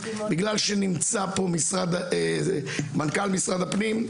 בגלל שנמצא פה מנכ"ל משרד הפנים,